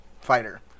fighter